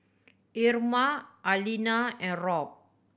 Irma Alina and Robb